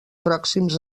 pròxims